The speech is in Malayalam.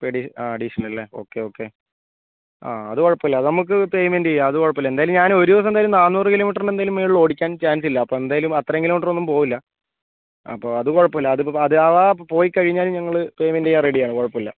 ആ അഡിഷണൽ അല്ലെ ഓക്കെ ഓക്കെ ആ അത് കുഴപ്പമില്ല അതു നമുക്ക് പേയ്മെന്റ് ചെയ്യാം അത് കുഴപ്പമില്ല എന്തായാലും ഞാൻ ഒരു ദിവസം എന്തായാലും നാനൂറ് കിലോമീറ്ററിനെന്തായാലും മുകളിൽ ഓടിക്കാൻ ചാൻസ് ഇല്ല അപ്പോൾ എന്തായാലും അത്രയും കിലോമീറ്റർ ഒന്നും പോവില്ല അപ്പോൾ അത് കുഴപ്പമില്ല അഥവാ പോയിക്കഴിഞ്ഞാൽ ഞങ്ങൾ പേയ്മെന്റ് ചെയ്യാൻ റെഡി ആണ് കുഴപ്പമില്ല